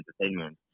entertainment